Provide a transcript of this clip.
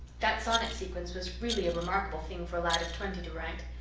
that sonnet sequence was really a remarkable thing for a lad of twenty to write.